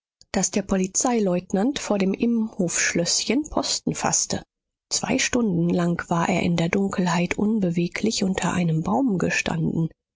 daß der polizeileutnant vor dem imhoffschlößchen posten faßte zwei stunden lang war er in der dunkelheit unbeweglich unter einem baum gestanden